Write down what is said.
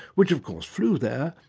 which of course flew there,